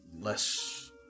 less